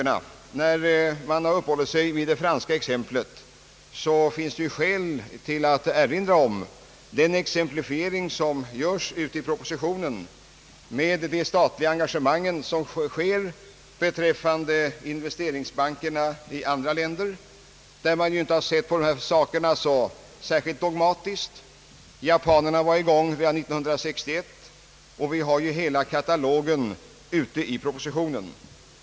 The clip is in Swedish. När man här uppehållit sig vid det franska exemplet finns det skäl att erinra om den exemplifiering som i propositionen görs med det statliga engagemang som sker beträffande investeringsbankerna i andra länder, där man inte sett på dessa saker särskilt dogmatiskt. Japanerna var i gång redan 1951, och vi har hela katalogen i propositionen.